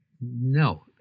No